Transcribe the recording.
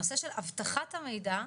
הנושא של אבטחת המידע,